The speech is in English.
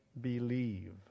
believe